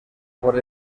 por